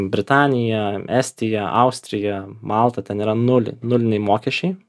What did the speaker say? britanija estija austrija malta ten yra nuliai nuliniai mokesčiai